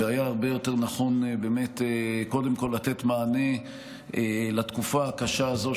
והיה הרבה יותר נכון באמת קודם כול לתת מענה לתקופה הקשה הזו,